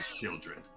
children